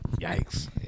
Yikes